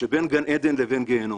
שבין גן עדן לבין גיהינום.